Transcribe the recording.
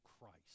Christ